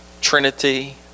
Trinity